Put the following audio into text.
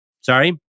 sorry